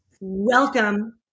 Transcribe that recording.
welcome